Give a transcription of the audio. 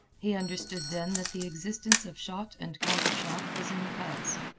he understood then that the existence of shot and countershot was in the past.